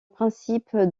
principe